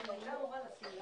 בוקר טוב